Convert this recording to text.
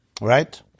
right